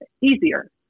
easier